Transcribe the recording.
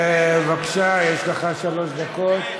בבקשה, יש לך שלוש דקות.